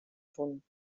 punt